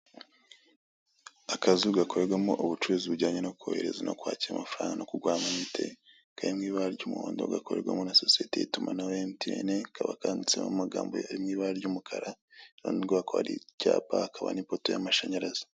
Akazu gakorerwamo ubucuruzi bujyanye no kohereza no kwakira amafaranga no kugura amayinite kari mu ibara ry'umuhondo gakorerwamo na sosiyete y'itumanaho ya emutiyene kakaba kanditseho amagambo ari mu ibara ry'umukara, iruhande rwako hari icyapa hakaba n'ipoto y'amashanyarazi.